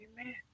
Amen